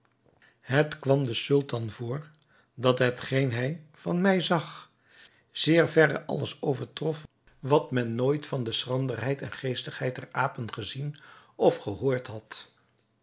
het kwam den sultan voor dat hetgeen hij van mij zag zeer verre alles overtrof wat men nooit van de schranderheid en geestigheid der apen gezien of gehoord had